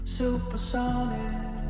supersonic